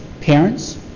parents